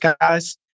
guys